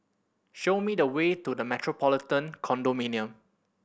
show me the way to The Metropolitan Condominium